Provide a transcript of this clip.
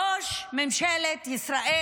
ראש ממשלת ישראל,